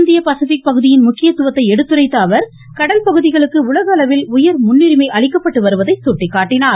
இந்திய பசிபிக் பகுதியின் முக்கியத்துவத்தை எடுத்துரைத்த அவர் கடல் பகுதிகளுக்கு உலகளவில் உயர்முன்னுரிமை அளிக்கப்பட்டு வருவதை சுட்டிக்காட்டினார்